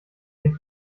den